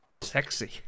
Sexy